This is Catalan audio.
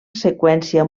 seqüència